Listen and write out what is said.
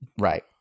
Right